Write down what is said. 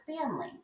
family